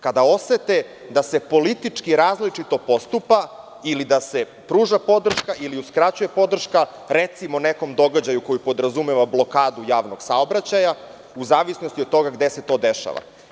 Kada osete da se politički različito postupa ili da se pruža podrška ili uskraćuje podrška, recimo, nekom događaju koji podrazumeva blokadu javnog saobraćaja, u zavisnosti od toga gde se to dešava.